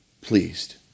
pleased